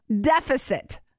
deficit